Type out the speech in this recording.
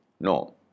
No